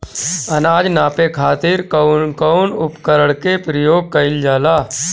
अनाज नापे खातीर कउन कउन उपकरण के प्रयोग कइल जाला?